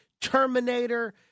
Terminator